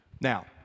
Now